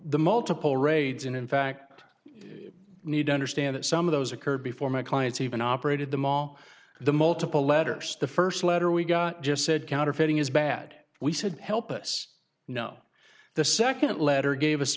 the multiple raids and in fact you need to understand that some of those occurred before my clients even operated them all the multiple letters the first letter we got just said counterfeiting is bad we said help us know the second letter gave us